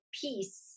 peace